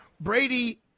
Brady